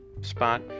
spot